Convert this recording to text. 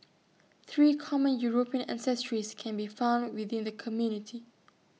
three common european ancestries can be found within the community